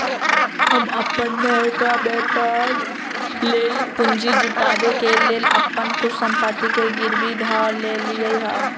हम अप्पन नयका व्यापर लेल पूंजी जुटाबे के लेल अप्पन कुछ संपत्ति के गिरवी ध देलियइ ह